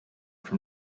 from